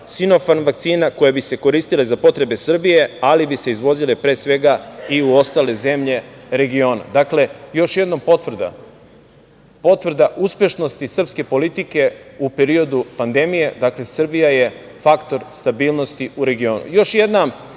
"Sinofarma" vakcina, koje bi se koristile za potrebe Srbije, ali bi se izvozile pre svega i u ostale zemlje regiona. Dakle, još jedna potvrda, potvrda uspešnosti srpske politike u periodu pandemije, dakle, Srbija je faktor stabilnosti u regionu. Još